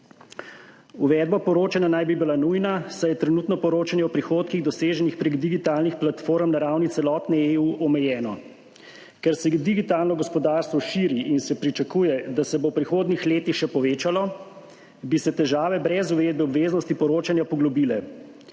Uvedba poročanja naj bi bila nujna, saj je trenutno poročanje o prihodkih, doseženih prek digitalnih platform, na ravni celotne EU omejeno. Ker se digitalno gospodarstvo širi in se pričakuje, da se bo v prihodnjih letih še povečalo, bi se težave brez uvedbe obveznosti poročanja poglobile.